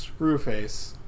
Screwface